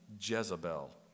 Jezebel